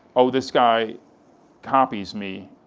oh, this guy copies me,